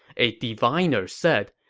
a diviner said,